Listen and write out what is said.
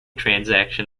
transaction